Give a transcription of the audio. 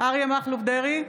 אריה מכלוף דרעי,